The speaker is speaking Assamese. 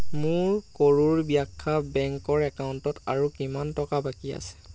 মোৰ কৰুৰ ব্যাসা বেংকৰ একাউণ্টত আৰু কিমান টকা বাকী আছে